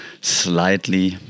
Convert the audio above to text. slightly